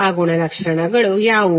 ಆ ಗುಣಲಕ್ಷಣಗಳು ಯಾವುವು